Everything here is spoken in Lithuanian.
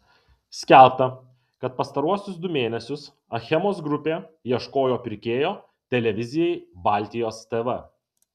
skelbta kad pastaruosius du mėnesius achemos grupė ieškojo pirkėjo televizijai baltijos tv